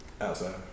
outside